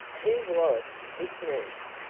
who was this nurse?